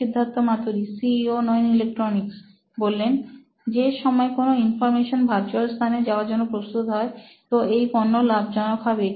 Siddharth Maturi C E O নোইন electronics যে সময়ে কোন ইনফরমেশন ভার্চুয়াল স্থানে যাওয়ার জন্য প্রস্তুত হয় তো এই পণ্য লাভজনক হবে